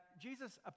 Jesus